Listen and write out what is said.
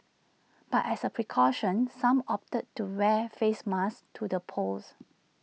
but as A precaution some opted to wear face masks to the polls